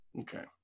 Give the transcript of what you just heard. Okay